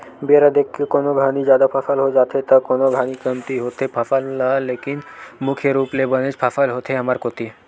बेरा देख के कोनो घानी जादा फसल हो जाथे त कोनो घानी कमती होथे फसल ह लेकिन मुख्य रुप ले बनेच फसल होथे हमर कोती